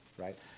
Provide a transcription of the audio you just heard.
Right